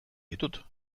ditut